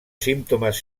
símptomes